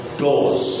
doors